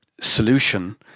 solution